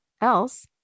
else